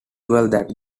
possible